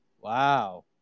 Wow